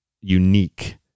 unique